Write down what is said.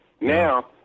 Now